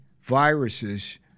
viruses